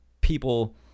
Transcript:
people